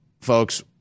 folks